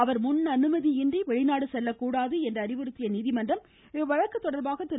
அவர் முன்னனுமதி இன்றி அவர் வெளிநாடு செல்லக்கூடாது என்று அறிவுறுத்திய நீதிமன்றம் இவ்வழக்கு தொடர்பாக திரு